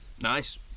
Nice